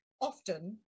often